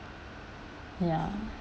ya